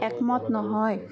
একমত নহয়